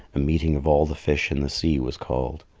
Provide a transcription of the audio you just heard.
a meeting of all the fish in the sea was called.